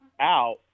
out